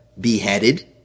beheaded